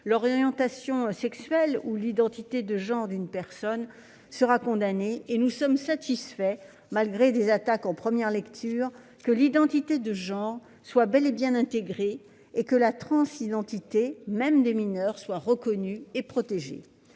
l'orientation sexuelle ou l'identité de genre d'une personne sera condamné. Et nous sommes satisfaits, malgré des attaques en première lecture, que l'identité de genre soit bel et bien intégrée et que la transidentité, même des mineurs, soit reconnue et protégée.